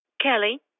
Kelly